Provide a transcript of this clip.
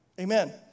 Amen